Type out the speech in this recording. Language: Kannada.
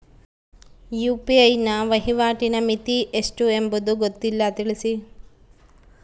ಯು.ಪಿ.ಐ ವಹಿವಾಟಿನ ಮಿತಿ ಎಷ್ಟು ಎಂಬುದು ಗೊತ್ತಿಲ್ಲ? ತಿಳಿಸಿ?